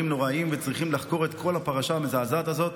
נוראיים וצריכים לחקור את כל הפרשה המזעזעת הזאת,